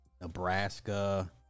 Nebraska